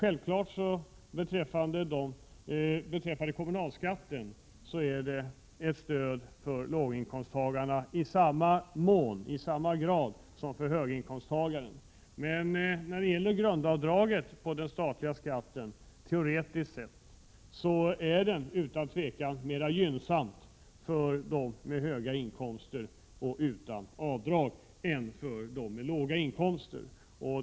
Självklart är grundavdraget ett stöd både för låginkomsttagare och för höginkomsttagare när det gäller kommunalskatten. Men när det gäller den statliga skatten är grundavdraget utan tvivel mera gynnsamt för dem med höga inkomster och utan avdrag än för dem med låga inkomster.